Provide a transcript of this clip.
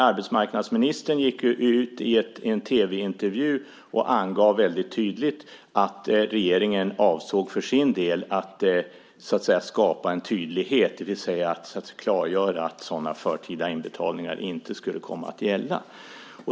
Arbetsmarknadsministern gick ju ut i en tv-intervju och angav väldigt tydligt att regeringen för sin del avsåg att skapa en tydlighet, det vill säga att klargöra att sådana förtida inbetalningar inte skulle komma att gälla.